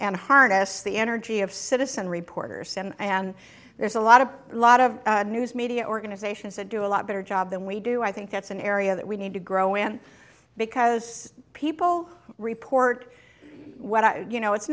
and harness the energy of citizen reporters and there's a lot of a lot of news media organizations that do a lot better job than we do i think that's an area that we need to grow in because people report you know it's